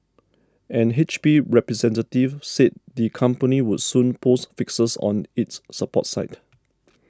an H P representative said the company would soon post fixes on its support site